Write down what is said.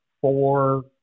four